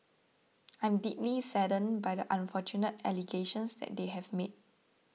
I am deeply saddened by the unfortunate allegations that they have made